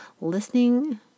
Listening